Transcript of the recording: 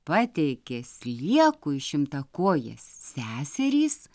pateikė sliekui šimtakojės seserys